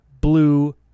blue